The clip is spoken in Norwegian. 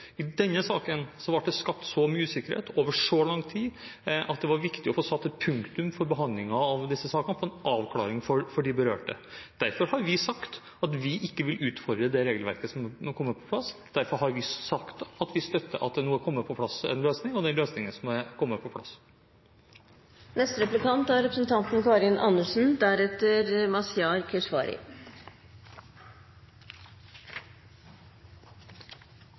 i denne saken ble det skapt så mye usikkerhet over så lang tid at det var viktig å få satt punktum for behandlingen av disse sakene og få en avklaring for de berørte. Derfor har vi sagt at vi ikke vil utfordre det regelverket som nå er kommet på plass. Derfor har vi sagt at vi støtter den løsningen som nå er på plass.